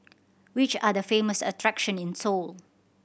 which are the famous attractions in Seoul